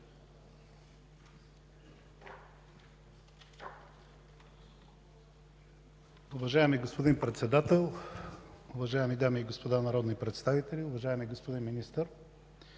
Господин Председател, уважаеми дами и господа народни представители! Уважаеми господин Ячев,